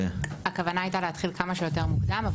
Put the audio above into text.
הכוונה הייתה להתחיל כמה שיותר מוקדם.